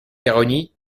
ironie